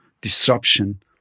disruption